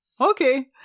okay